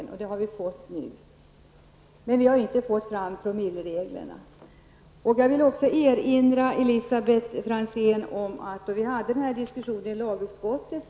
Det förslaget har vi nu fått, men vi har inte fått något förslag beträffande promillereglerna. Jag vill även erinra Elisabet Franzén om diskussionen i lagutskottet.